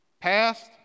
past